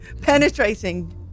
penetrating